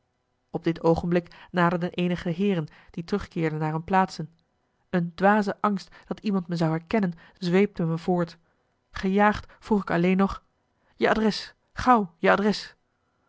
op dit moment naderden eenige heeren die terugkeerden naar hun plaatsen een dwaze angst dat iemand me zou herkennen zweepte me voort gejaagd vroeg ik alleen nog je adres gauw je adres